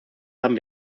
haben